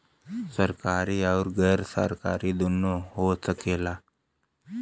सरकारी आउर गैर सरकारी दुन्नो हो सकेला